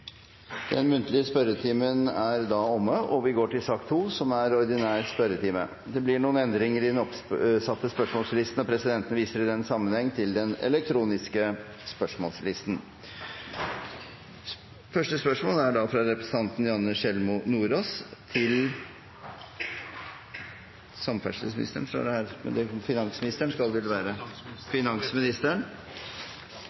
Den muntlige spørretimen er omme, og vi går videre til den ordinære spørretimen. Det blir noen endringer i den oppsatte spørsmålslisten, og presidenten viser i den sammenheng til den elektroniske spørsmålslisten. De foreslåtte endringene foreslås godkjent. – Det anses vedtatt. Endringene var som følger: Spørsmål 1, fra representanten Janne Sjelmo Nordås til samferdselsministeren,